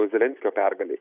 zelenskio pergalei